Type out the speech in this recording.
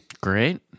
Great